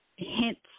hints